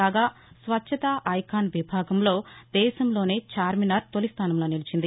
కాగా Swachhta icon విభాగం లో దేశంలోనే చార్మినార్ తొలిస్టానంలో నిల్చింది